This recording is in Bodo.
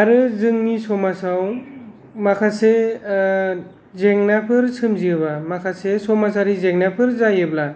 आरो जोंनि समाजाव माखासे जेंनाफोर सोमजियोबा माखासे समाजारि जेंनाफोर जायोब्ला